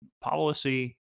policy